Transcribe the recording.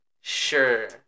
sure